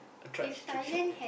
a tri~ trickshaw yeah